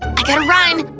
i gotta run.